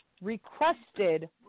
requested